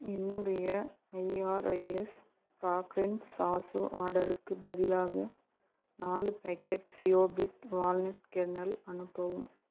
என்னுடைய I R I S fragrance சாசோ ஆர்டருக்குப் பதிலாக நாலு பேக்கெட் சியோபிட் வால்நட் கெர்னல் அனுப்பவும்